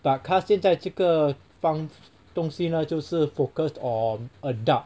but 他现在这个方东西呢就是 focused on adult